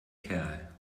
kerl